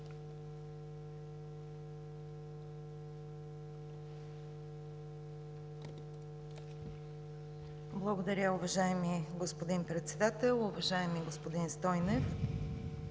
Благодаря, уважаеми господин Председател. Уважаеми господин Стойнев,